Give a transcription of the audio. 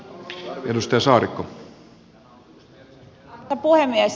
arvoisa puhemies